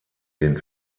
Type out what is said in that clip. den